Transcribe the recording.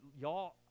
y'all